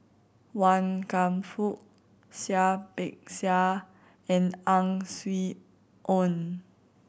Wan Kam Fook Seah Peck Seah and Ang Swee Aun